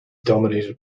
dominated